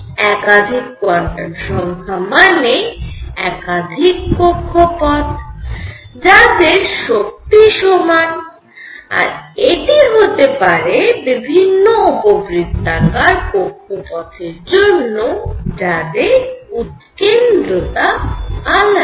একাধিক কোয়ান্টাম সংখ্যা মানে একাধিক কক্ষপথ যাদের শক্তি সমান আর এটি হতে পারে বিভিন্ন উপবৃত্তাকার কক্ষপথের জন্য যাদের উৎকেন্দ্রতা আলাদা